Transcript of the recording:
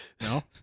No